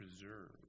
preserve